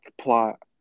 plot